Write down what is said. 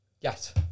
Yes